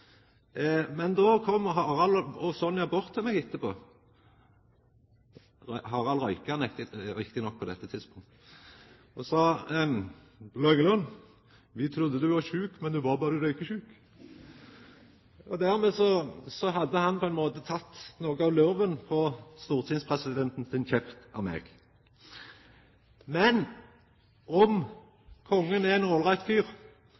Men då kom Harald og Sonja bort til meg etterpå – Harald røykte riktignok på dette tidspunktet – og sa: Langeland, vi trudde du var sjuk, men du var berre røykjesjuk! Dermed hadde han teke noko av luven frå stortingspresidentens kjefting på meg. Men om kongen er ein ålreit fyr,